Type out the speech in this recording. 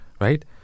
right